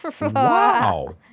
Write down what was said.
wow